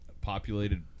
populated